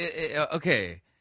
Okay